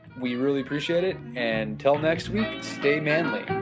we really appreciate it, and till next week, stay manly